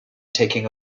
taking